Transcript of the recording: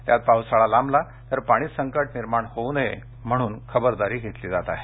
त्यात पावसाळा लांबला तर पाणी संकट निर्माण होऊ नये म्हणून खबरदारी घेतली जात आहे